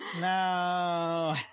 No